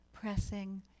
pressing